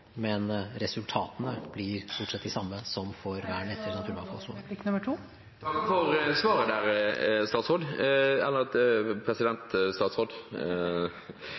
men resultatene blir stort sett de samme. Jeg takker for svaret.